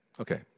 Okay